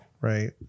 right